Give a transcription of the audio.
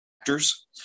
actors